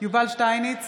יובל שטייניץ,